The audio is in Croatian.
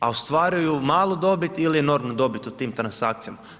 A ostvaruju malu dobit ili normalnu dobit u tim transakcijama.